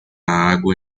água